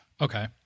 Okay